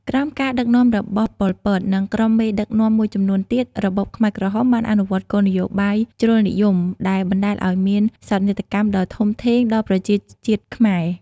ក្រោមការដឹកនាំរបស់ ប៉ុល ពត និងក្រុមមេដឹកនាំមួយចំនួនទៀត របបខ្មែរក្រហមបានអនុវត្តគោលនយោបាយជ្រុលនិយមដែលបណ្ដាលឲ្យមានសោកនាដកម្មដ៏ធំធេងដល់ប្រជាជាតិខ្មែរ។